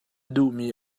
duhmi